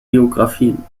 biografien